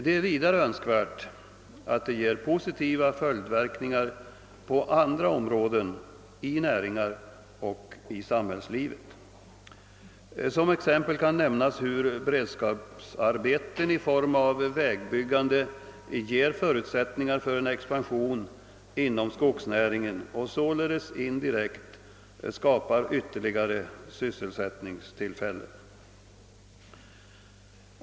Det är vidare önskvärt att de ger positiva följdverkningar på andra områden i näringar och i samhällslivet. Som exempel kan nämnas hur beredskapsarbeten i form av vägbyggande ger förutsättningar för en expansion inom skogsnäringen och således indirekt skapar ytterligare sysselsättningstillfällen.